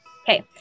Okay